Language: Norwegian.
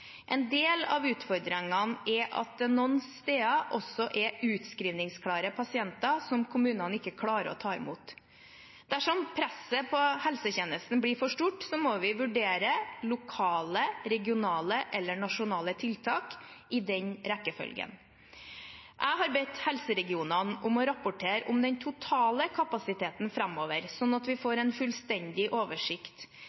En del av utfordringen er at det noen steder også er utskrivningsklare pasienter som kommunene ikke klarer å ta imot. Dersom presset på helsetjenesten blir for stort, må vi vurdere lokale, regionale eller nasjonale tiltak – i den rekkefølgen. Jeg har bedt helseregionene om å rapportere om den totale kapasiteten framover, sånn at vi